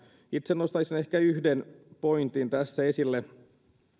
itse nostaisin ehkä yhden pointin tässä esille